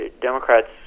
Democrats